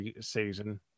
season